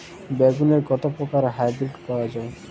বেগুনের কত প্রকারের হাইব্রীড পাওয়া যায়?